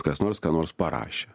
kas nors ką nors parašė